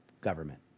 government